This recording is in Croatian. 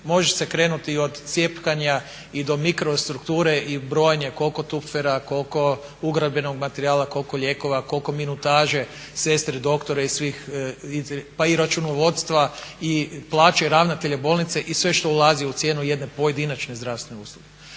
Može se krenuti od cjepkanja i do mikro strukture i brojanja koliko tupfera, koliko ugradbenog materijala, koliko lijekova, koliko minutaže, sestre, doktori pa i računovodstva i plaće ravnatelja bolnice i sve što ulazi u cijenu jedne pojedinačne zdravstvene usluge.